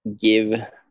give